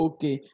Okay